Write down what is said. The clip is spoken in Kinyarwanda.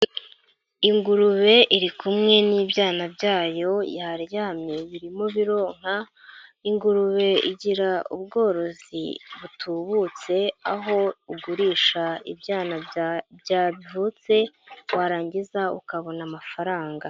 Ingurube iri kumwe n'ibyana byayo yaryamye birimo bironka, ingurube igira ubworozi butubutse aho ugurisha ibyana byavutse, warangiza ukabona amafaranga.